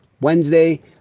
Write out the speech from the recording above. wednesday